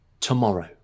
tomorrow